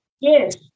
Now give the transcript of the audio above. Yes